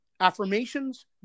affirmations